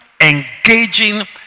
engaging